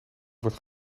wordt